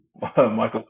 Michael